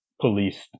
policed